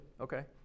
okay